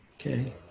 Okay